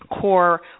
core